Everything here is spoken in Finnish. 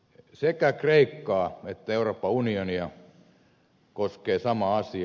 sekä kreikkaa että euroopan unionia koskee sama asia